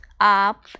up